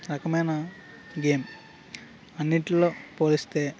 రకమైన గేమ్ అన్నిటిలో పోలిస్తే